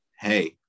Hey